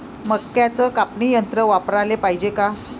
मक्क्याचं कापनी यंत्र वापराले पायजे का?